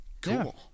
Cool